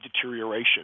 deterioration